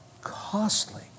costly